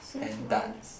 and darts